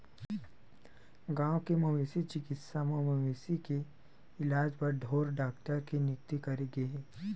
गाँव के मवेशी चिकित्सा म मवेशी के इलाज बर ढ़ोर डॉक्टर के नियुक्ति करे गे हे